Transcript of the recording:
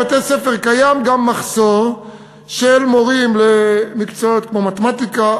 בבתי-הספר קיים גם מחסור של מורים למקצועות כמו מתמטיקה,